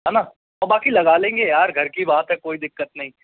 हैना बाकी लगा लेंगे यार घर की बात है कोई दिक्कत नहीं